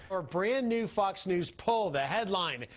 our brand-new fox news poll, the headline,